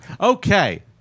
okay